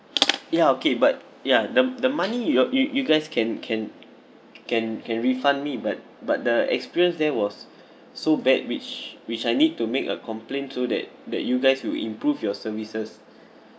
ya okay but ya the the money you ya you you guys can can can can refund me but but the experience there was so bad which which I need to make a complaint so that that you guys will improve your services